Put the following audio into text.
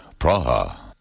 Praha